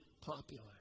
popular